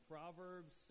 Proverbs